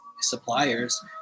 suppliers